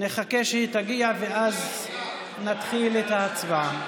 נחכה שהיא תגיע, ואז נתחיל את ההצבעה.